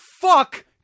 fuck